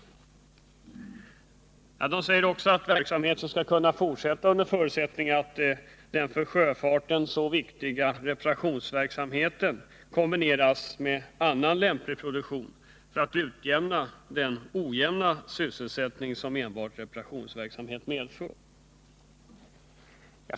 Personalen uttalar vidare att verksamheten skall kunna fortsätta under förutsättning att den för sjöfartsverket så viktiga reparationsverksamheten kombineras med annan lämplig produktion för att utjämna den oregelbundenhet som enbart reparationsverksamhet medför.